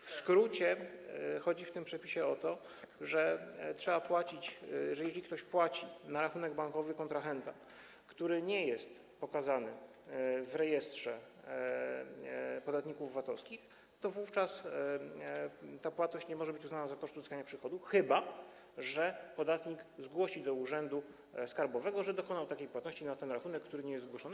W skrócie chodzi w tym przepisie o to, że jeżeli ktoś dokona płatności na rachunek bankowy kontrahenta, który nie jest pokazany w rejestrze podatników VAT-owskich, to wówczas ta płatność nie może być uznana za koszt uzyskania przychodu, chyba że podatnik zgłosi do urzędu skarbowego, że dokonał takiej płatności na ten rachunek, który nie jest zgłoszony.